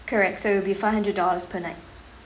correct so it'll be five hundred dollars per night